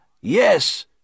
Yes